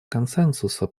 консенсуса